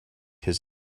his